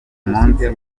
munsi